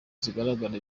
zigaragaza